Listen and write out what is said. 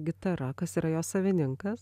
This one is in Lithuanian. gitara kas yra jos savininkas